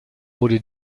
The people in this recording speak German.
wurde